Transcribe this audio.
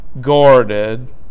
guarded